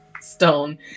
stone